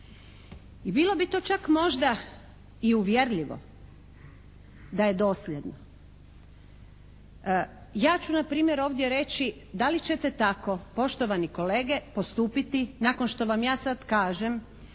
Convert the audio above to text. i bilo bi to čak možda i uvjerljivo da je dosljedno. Ja ću npr. ovdje reći da li ćete tako poštovani kolege postupiti nakon što vam ja sad kažem